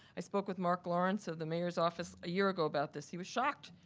i spoke with mark lawrence of the mayor's office a year ago about this. he was shocked,